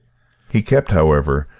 he kept, however,